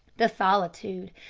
the solitude,